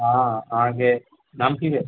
हँ अहाँके नाम की भेल